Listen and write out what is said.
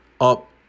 up